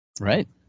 Right